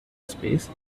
space